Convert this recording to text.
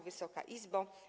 Wysoka Izbo!